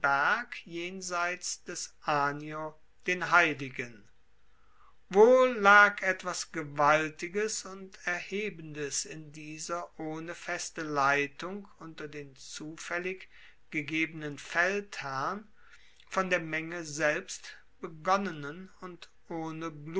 jenseits des anio den heiligen wohl lag etwas gewaltiges und erhebendes in dieser ohne feste leitung unter den zufaellig gegebenen feldherren von der menge selbst begonnenen und ohne